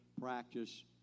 practice